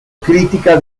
crítica